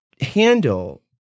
handle